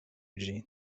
ĝin